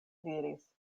diris